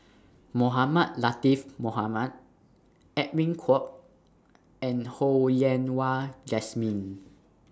Mohamed Latiff Mohamed Edwin Koek and Ho Yen Wah Jesmine